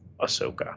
Ahsoka